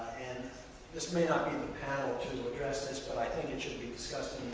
and this may not be the panel to address this, but i think it should be disgusting.